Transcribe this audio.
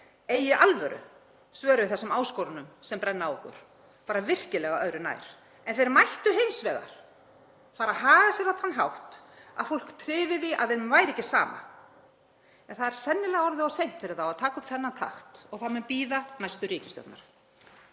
eigi í alvöru svör við þessum áskorunum sem brenna á okkur, bara virkilega öðru nær, en þeir mættu hins vegar fara að haga sér á þann hátt að fólk tryði því að þeim væri ekki sama. En það er sennilega orðið of seint fyrir þá að taka upp þennan takt og það mun bíða næstu ríkisstjórnar.